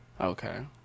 Okay